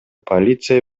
полиция